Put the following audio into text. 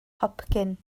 hopcyn